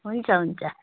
हुन्छ हुन्छ